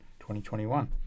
2021